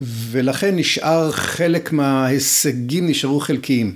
ולכן נשאר חלק מההישגים נשארו חלקיים.